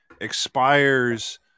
expires